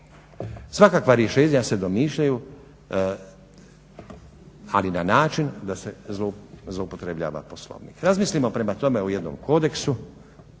svakakva rješenja se domišljaju, ali na način da se zloupotrebljava Poslovnik. Razmislimo prema tome o jednom kodeksu,